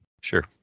Sure